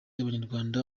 abanyarwanda